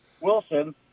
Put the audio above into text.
Wilson